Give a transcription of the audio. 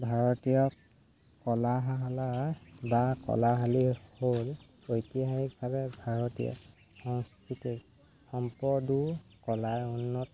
ভাৰতীয় কলাশালা বা কলাশালী হ'ল ঐতিহাসিকভাৱে ভাৰতীয় সংস্কৃতিক সম্পদো কলা উন্নত